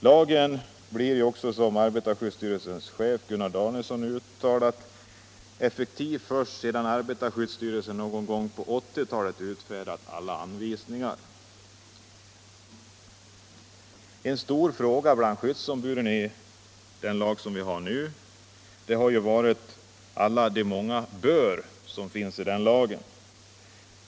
Lagen blir, som arbetarskyddsstyrelsens chef Gunnar Danielson uttalat, effektiv först sedan arbetarskyddsstyrelsen någon gång på 1980-talet utfärdat alla anvisningar. En stor fråga bland skyddsombuden är den lag som vi nu har. Man har alltid klagat över lagens många ”bör”.